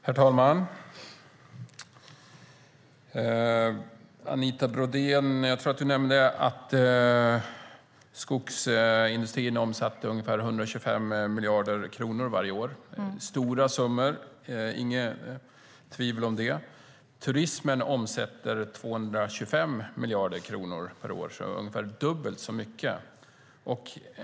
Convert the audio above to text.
Herr talman! Anita Brodén nämnde att skogsindustrierna omsätter ungefär 125 miljarder kronor varje år. Det är stora summor; inget tvivel om det. Men turismen omsätter 225 miljarder kronor per år. Det är ungefär dubbelt så mycket.